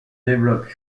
développe